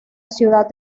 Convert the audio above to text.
ciudad